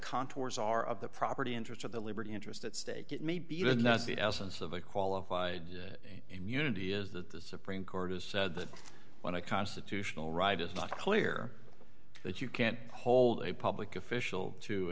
contours are of the property interests of the liberty interest at stake it may be then that's the essence of a qualified immunity is that the supreme court has said that when a constitutional right is not clear that you can't hold a public official to